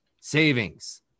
savings